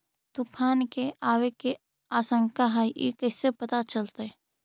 तुफान के आबे के आशंका है इस कैसे पता चलतै?